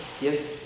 Yes